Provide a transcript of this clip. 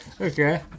Okay